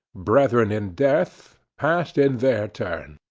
brethren in death passed in their turn,